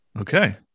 Okay